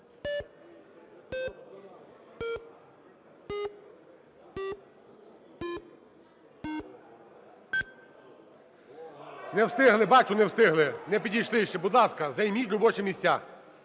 Не встигли, бачу, не встигли, не підійшли ще. Будь ласка, займіть робочі місця.